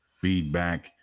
feedback